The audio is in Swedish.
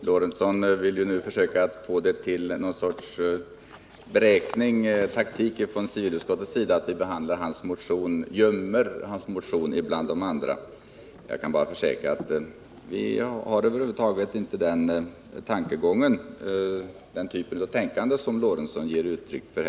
Herr talman! Gustav Lorentzon vill försöka få det till någon sorts beräknad taktik från civilutskottets sida att vi gömmer hans motion bland de andra. Jag kan försäkra att vi över huvud taget inte tillämpar den typ av tänkande som Gustav Lorentzon här ger uttryck för.